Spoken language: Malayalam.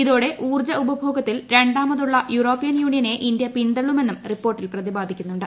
ഇതോടെ ഊർജ്ജ ഉപഭോഗത്തിൽ രണ്ടാമതുള്ള യൂറോപ്യൻ യൂണിയനെ ഇന്ത്യ പിന്തള്ളുമെന്നും റിപ്പോർട്ടിൽ പ്രതിപാദിക്കുന്നുണ്ട്